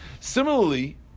Similarly